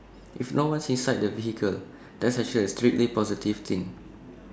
if no one's inside the vehicle that's actually A strictly positive thing